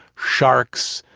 sharks,